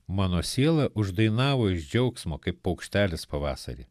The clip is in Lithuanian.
mano siela uždainavo iš džiaugsmo kaip paukštelis pavasarį